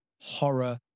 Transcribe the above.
horror